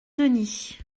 denis